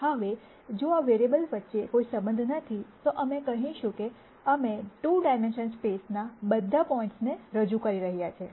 હવે જો આ વેરીએબલ્સ વચ્ચે કોઈ સંબંધ નથી તો અમે કહીશું કે અમે 2 ડાયમેન્શનલ સ્પેસમાં ના બધા પોઈન્ટ્સને રજૂ કરી રહ્યા છીએ